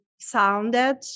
sounded